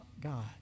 God